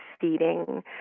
feeding